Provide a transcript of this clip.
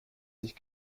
sich